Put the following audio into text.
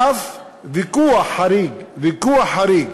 ואף ויכוח חריג, ויכוח חריג,